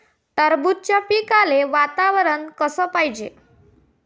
टरबूजाच्या पिकाले वातावरन कस पायजे?